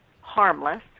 harmless